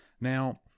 Now